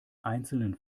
einzelnen